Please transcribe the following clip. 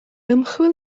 ymchwil